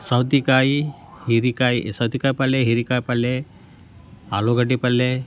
ಸೌತೆಕಾಯಿ ಹೀರೆಕಾಯ್ ಸೌತೆಕಾಯಿ ಪಲ್ಯ ಹೀರೆಕಾಯ್ ಪಲ್ಯ ಆಲೂಗಡ್ಡೆ ಪಲ್ಯ